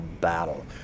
battle